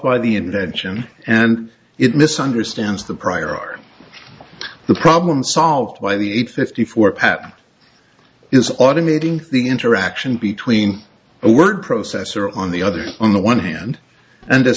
by the invention and it misunderstands the prior art the problem solved by the eight fifty four pattern is automating the interaction between a word processor on the other on the one hand and